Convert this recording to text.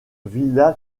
villa